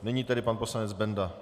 Nyní tedy pan poslanec Benda.